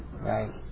right